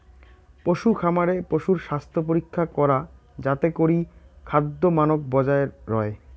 পশুখামারে পশুর স্বাস্থ্যপরীক্ষা করা যাতে করি খাদ্যমানক বজায় রয়